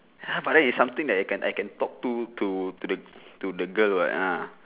ya but then is something that I can I can talk to to to the to the girl [what] ah